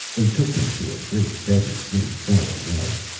they took me to a great desert city, far away.